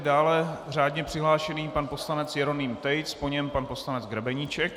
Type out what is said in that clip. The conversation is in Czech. Dále řádně přihlášený pan poslanec Jeroným Tejc, po něm pan poslanec Grebeníček.